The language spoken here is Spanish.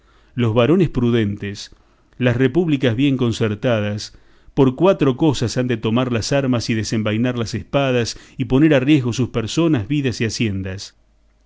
los varones prudentes las repúblicas bien concertadas por cuatro cosas han de tomar las armas y desenvainar las espadas y poner a riesgo sus personas vidas y haciendas